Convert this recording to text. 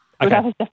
Okay